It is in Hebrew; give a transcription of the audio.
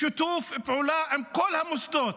בשיתוף פעולה עם כל המוסדות,